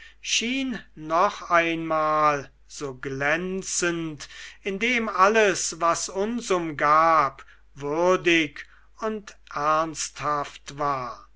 schien noch einmal so glänzend indem alles was uns umgab würdig und ernsthaft war